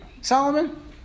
Solomon